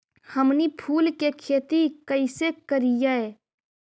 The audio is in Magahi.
हमनी फूल के खेती काएसे करियय?